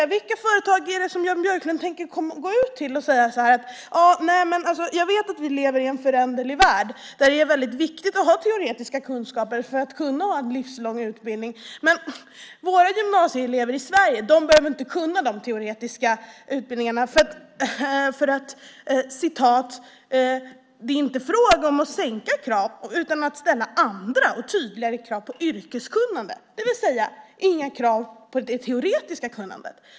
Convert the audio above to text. Till vilka företag tänker Jan Björklund gå ut och säga: Jag vet att vi lever i en föränderlig värld där det är väldigt viktigt att ha teoretiska kunskaper för att man ska kunna få en livslång utbildning, men våra gymnasieelever i Sverige behöver inte de teoretiska utbildningarna, för det är inte fråga om att sänka krav utan om att ställa andra och tydligare krav på yrkeskunnande, det vill säga inga krav på det teoretiska kunnandet.